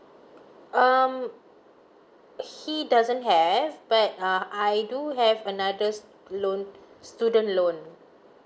um he doesn't have but uh I do have another loan student loan